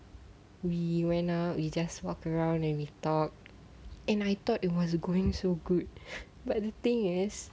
we went uh we just walk around and we talk and I thought it was going so good but the thing is